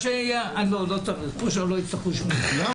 המשמעות היא שאתם פשוט לא רוצים לתת כסף.